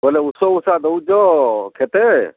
ହେଲେ ଓଷେ ଓଷା ଦେଉଛ କ୍ଷେତେ